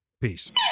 Peace